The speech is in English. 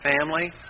family